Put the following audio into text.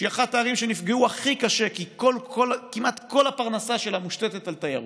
שהיא אחת הערים שנפגעו הכי קשה כי כמעט כל הפרנסה שלה מושתתת על תיירות,